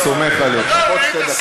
אינה נוכחת,